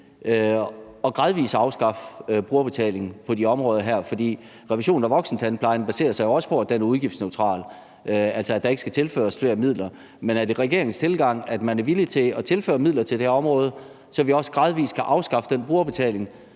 om gradvis at afskaffe brugerbetalingen på de områder her. For refusionen af voksentandplejen baserer sig jo også på, at den er udgiftsneutral, altså at der ikke skal tilføres flere midler. Men er det regeringens tilgang, at man er villig til at tilføre midler til det her område, så vi også gradvis kan afskaffe den brugerbetaling,